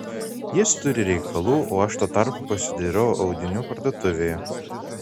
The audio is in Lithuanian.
jis turi reikalų o aš tuo tarpu pasidairau audinių parduotuvėje